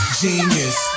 genius